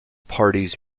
parties